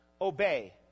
obey